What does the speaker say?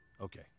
Okay